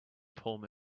palm